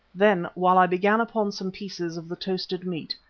then while i began upon some pieces of the toasted meat,